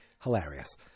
Hilarious